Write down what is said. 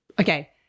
okay